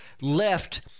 left